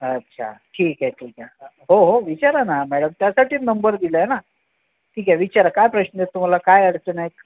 अच्छा ठीक आहे ठीक आहे हो हो विचारा ना मॅडम त्यासाठीच नंबर दिला आहे ना ठीक आहे विचारा काय प्रश्न आहेत तुम्हाला काय अडचण आहे